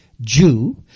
Jew